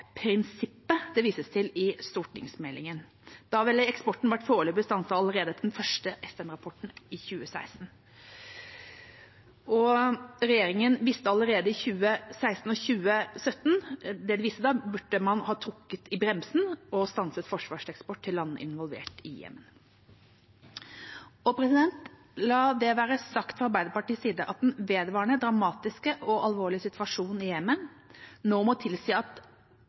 det vises til i stortingsmeldinga. Da ville eksporten vært foreløpig stanset allerede etter den første FN-rapporten i 2016. Regjeringa visste allerede i 2016 og 2017 at man burde ha trukket i bremsen og stanset forsvarseksport til land involvert i Jemen. La det være sagt fra Arbeiderpartiets side at den vedvarende dramatiske og alvorlige situasjonen i Jemen nå må tilsi at